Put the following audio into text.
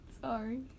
Sorry